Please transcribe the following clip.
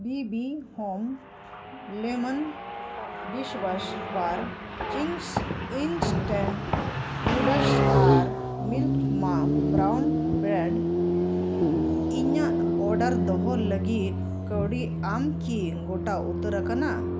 B ᱵᱤ ᱦᱳᱢ lemon dish ᱚᱣᱟᱥ ᱵᱟᱨ ᱪᱤᱱᱥ ᱤᱱᱥᱴᱮᱱᱰ ᱱᱩᱰᱚᱞᱥ ᱟᱨ ᱢᱤᱞᱠ ᱢᱟ ᱵᱨᱟᱣᱩᱱ ᱵᱨᱮᱰ ᱤᱧᱟᱹᱜ ᱚᱰᱟᱨ ᱫᱚᱦᱚ ᱞᱟᱹᱜᱤᱫ ᱠᱟᱹᱣᱰᱤ ᱟᱢ ᱠᱤ ᱜᱳᱴᱟ ᱩᱛᱟᱹᱨ ᱟᱠᱟᱱᱟ